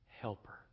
Helper